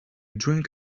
drink